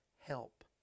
help